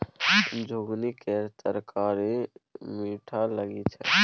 झिगुनी केर तरकारी मीठ लगई छै